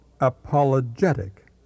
apologetic